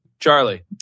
Charlie